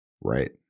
Right